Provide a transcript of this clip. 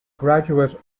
graduate